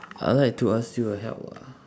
I would like to ask you a help lah